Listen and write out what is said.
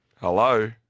Hello